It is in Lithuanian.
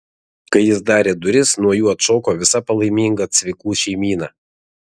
kai jis darė duris nuo jų atšoko visa palaiminga cvikų šeimyna